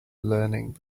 learning